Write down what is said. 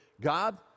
God